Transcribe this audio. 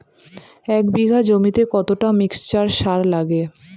এক বিঘা জমিতে কতটা মিক্সচার সার লাগে?